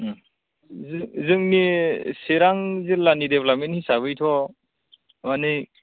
जोंनि चिरां जिल्लानि डेभेलपमेन्ट हिसाबै माने